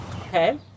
okay